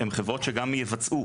הן חברות שגם יבצעו,